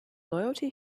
loyalty